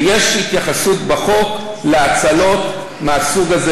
ויש התייחסות בחוק להאצלות מהסוג הזה.